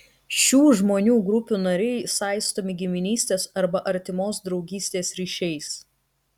šių žmonių grupių nariai saistomi giminystės arba artimos draugystės ryšiais